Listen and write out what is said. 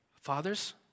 Fathers